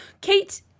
Kate